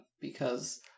because-